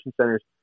centers